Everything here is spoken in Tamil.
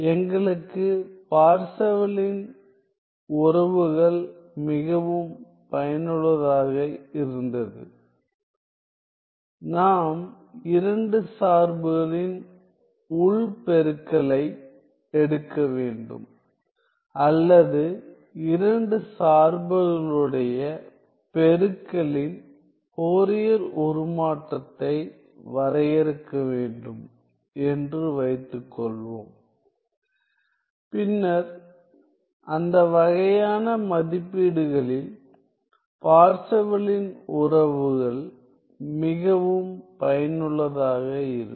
எங்களுக்கு பார்செவலின் உறவுகள் மிகவும் பயனுள்ளதாக இருந்தது நாம் 2 சார்புகளின் உள் பெருக்கலை எடுக்க வேண்டும் அல்லது 2 சார்புகளுடைய பெருக்கலின் ஃபோரியர் உருமாற்றத்தை வரையறுக்க வேண்டும் என்று வைத்துக்கொள்வோம் பின்னர் அந்த வகையான மதிப்பீடுகளில் பார்செவலின் உறவுகள் மிகவும் பயனுள்ளதாக இருக்கும்